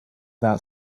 that